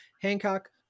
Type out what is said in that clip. Hancock